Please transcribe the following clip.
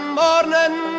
morning